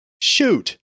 Shoot